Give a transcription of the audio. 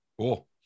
Cool